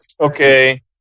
okay